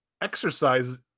exercise